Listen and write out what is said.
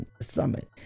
summit